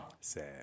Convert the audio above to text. Sad